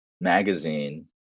magazine